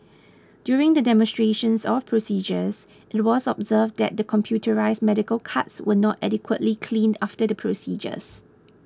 during the demonstrations of procedures it was observed that the computerised medical carts were not adequately cleaned after the procedures